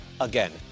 again